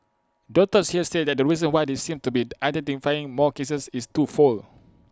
doctors here say that the reason why they seem to be identifying more cases is twofold